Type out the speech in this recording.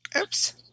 Oops